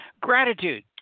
Gratitude